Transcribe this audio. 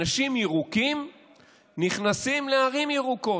אנשים ירוקים נכנסים לערים ירוקות.